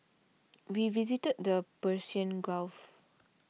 we visited the Persian Gulf